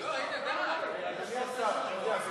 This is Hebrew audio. אני יודע שמעולם לא היית חבר כנסת,